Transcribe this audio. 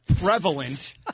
prevalent